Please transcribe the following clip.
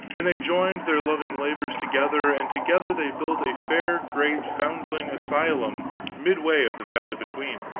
and they joined their loving labors together, and together they built a fair great foundling asylum midway of the valley between.